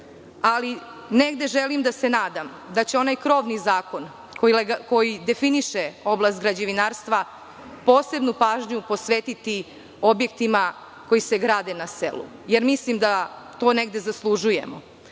Ali, negde želim da se nadam da će onaj krovni zakon, koji definiše oblast građevinarstva, posebnu pažnju posvetiti objektima koji se grade na selu, jer mislim da to negde zaslužujemo. Isto